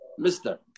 Mr